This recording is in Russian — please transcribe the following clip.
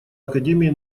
академии